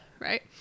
Right